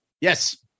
Yes